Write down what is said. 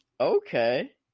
Okay